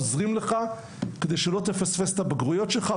עוזרים לך כדי שלא תפספס את הבגרויות שלך,